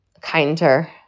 kinder